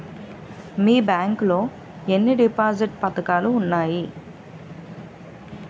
మీ bank లో ఎన్ని deposit పథకాలు ఉన్నాయి?